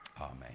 Amen